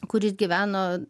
kuris gyveno